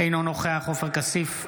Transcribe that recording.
אינו נוכח עופר כסיף,